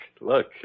look